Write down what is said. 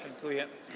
Dziękuję.